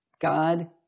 God